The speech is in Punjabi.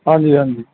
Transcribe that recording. ਹਾਂਜੀ ਹਾਂਜੀ